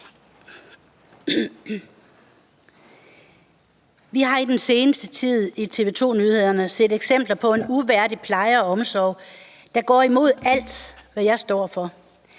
Vi har i den seneste tid i TV 2 Nyhederne set eksempler på en uværdig pleje og omsorg, der går imod alt, hvad jeg står for.